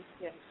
yes